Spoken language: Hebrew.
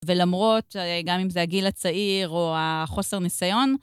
ולמרות, גם אם זה הגיל הצעיר או החוסר ניסיון.